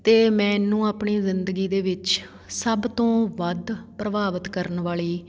ਅਤੇ ਮੈਂਨੂੰ ਆਪਣੀ ਜ਼ਿੰਦਗੀ ਦੇ ਵਿੱਚ ਸਭ ਤੋਂ ਵੱਧ ਪ੍ਰਭਾਵਿਤ ਕਰਨ ਵਾਲੀ